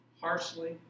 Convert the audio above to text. harshly